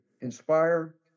inspire